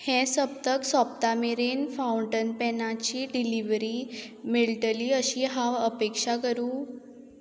हें सप्तक सोंपता मेरेन फावंटन पॅनाची डिलिव्हरी मेळटली अशी हांव अपेक्षा करूं